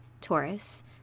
Taurus